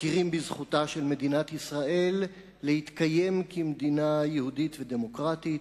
מכירים בזכותה של מדינת ישראל להתקיים כמדינה יהודית ודמוקרטית,